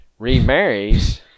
remarries